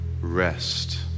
rest